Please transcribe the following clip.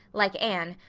like anne,